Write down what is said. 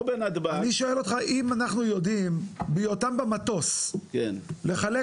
השאלה שלי היא האם אנחנו יודעים בעודם במטוס לחלק